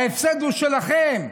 ההפסד הוא שלכם,